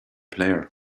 player